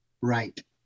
Right